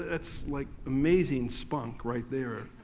that's like amazing spunk right there.